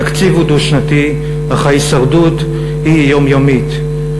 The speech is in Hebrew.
התקציב הוא דו-שנתי, אך ההישרדות היא יומיומית.